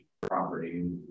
property